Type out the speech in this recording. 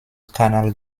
canal